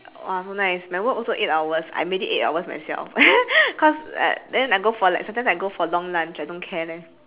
!wah! so nice my work also eight hours I made it eight hours myself cause like then I go for like sometimes I go for long lunch I don't care leh